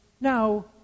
Now